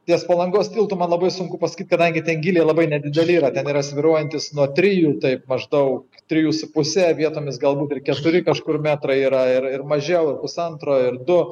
ties palangos tiltu man labai sunku pasakyti kadangi ten gyliai labai nedideli yra ten yra svyruojantys nuo trijų taip maždaug trijų su puse vietomis galbūt ir keturi kažkur metrai yra ir ir mažiau ir pusantro du